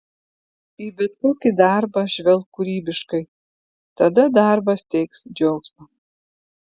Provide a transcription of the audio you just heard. į bet kokį darbą žvelk kūrybiškai tada darbas teiks džiaugsmą